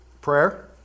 prayer